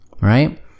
Right